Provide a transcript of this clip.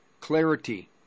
clarity